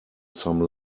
some